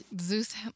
Zeus